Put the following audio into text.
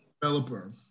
developer